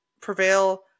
prevail